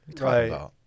Right